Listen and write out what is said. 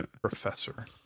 Professor